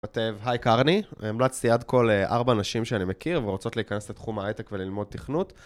מטב, היי קרני, המלצתי עד כל 4 נשים שאני מכיר ורוצות להיכנס לתחום ההייטק וללמוד תכנות.